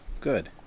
Good